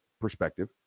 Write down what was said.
perspective